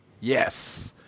Yes